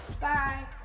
Bye